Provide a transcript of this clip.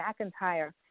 McIntyre